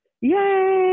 Yay